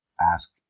Ask